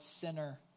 sinner